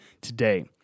today